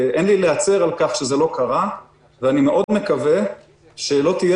אין לי אלא להצר על כך שזה לא קרה ואני מקווה מאוד שלא תהיה